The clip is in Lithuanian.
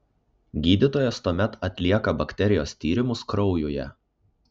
gydytojas tuomet atlieka bakterijos tyrimus kraujuje